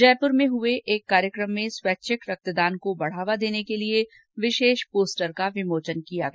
जयपुर में आयोजित कार्यक्रम में स्वैच्छिक रक्तदान को बढ़ावा देने के लिए एक विशेष पोस्टर का विमोचन किया गया